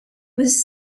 was